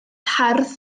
hardd